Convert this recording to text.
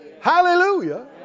Hallelujah